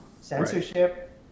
Censorship